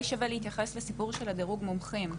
שווה להתייחס לסיפור של הדירוג מומחים,